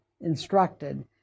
instructed